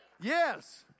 yes